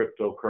cryptocurrency